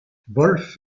wolf